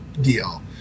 deal